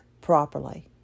properly